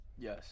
Yes